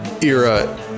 era